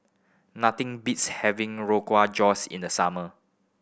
nothing beats having Rogwa Josh in the summer